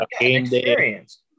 experience